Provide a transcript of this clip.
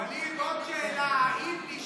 ווליד, עוד שאלה: אם,